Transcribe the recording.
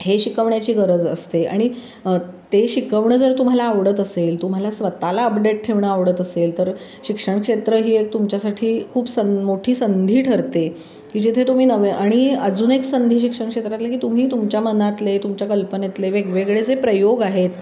हे शिकवण्याची गरज असते आणि ते शिकवणं जर तुम्हाला आवडत असेल तुम्हाला स्वतःला अपडेट ठेवणं आवडत असेल तर शिक्षण क्षेत्र ही एक तुमच्यासाठी खूप सन मोठी संधी ठरते की जिथे तुम्ही नवे आणि अजून एक संधी शिक्षण क्षेत्रातली की तुम्ही तुमच्या मनातले तुमच्या कल्पनेतले वेगवेगळे जे प्रयोग आहेत